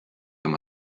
oma